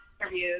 interviews